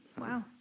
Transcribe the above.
wow